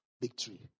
victory